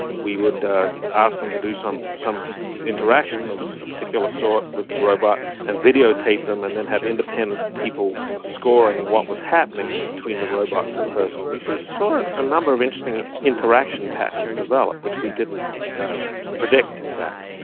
we would ask them to do some some interaction of a particular sort with the robot and videotaped them and then have independent people scoring what was happening between the robot and the person. we so saw a number of interesting interaction patterns develop which we didn't predict in fact.